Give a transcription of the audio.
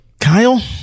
Kyle